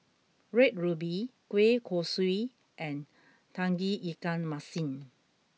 red ruby Kueh Kosui and Tauge Ikan Masin